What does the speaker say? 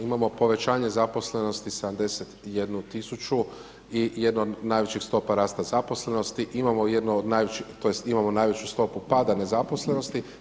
Imamo povećanje zaposlenosti 71 tisuću i jedan od najvećih stopa rasta zaposlenosti, imamo jednu od najvećih, tj. imamo najveću stopu pada nezaposlenosti.